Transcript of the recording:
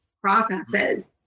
processes